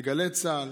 בגלי צה"ל,